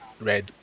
red